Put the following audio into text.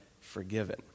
forgiven